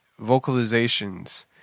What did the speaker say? vocalizations